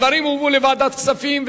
הדברים הובאו לוועדת הכספים,